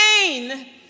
pain